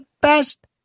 best